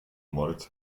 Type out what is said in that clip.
moritz